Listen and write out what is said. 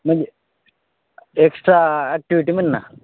म्हणजे extra activity म्हण ना